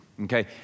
okay